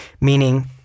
meaning